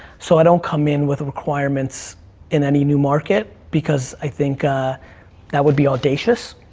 so i don't come in with requirements in any new market, because i think ah that would be audacious.